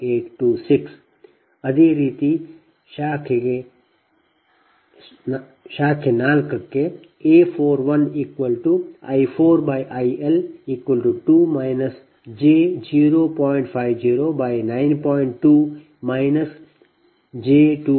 7826 ಅದೇ ರೀತಿ ಶಾಖೆಗೆ 4 A41I4IL2 j0